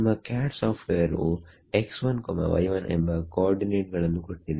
ನಿಮ್ಮ CAD software ವು ಎಂಬ ಕೋಒರ್ಡಿನೇಟ್ ಗಳನ್ನು ಕೊಟ್ಟಿದೆ